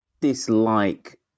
dislike